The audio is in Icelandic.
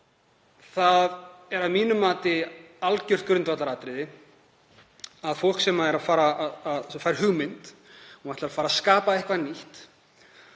Það er að mínu mati algjört grundvallaratriði að fólk sem fær hugmynd og ætlar að fara að skapa eitthvað nýtt